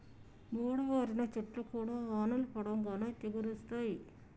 మోడువారిన చెట్లు కూడా వానలు పడంగానే చిగురిస్తయి